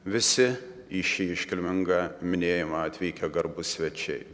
visi į šį iškilmingą minėjimą atvykę garbūs svečiai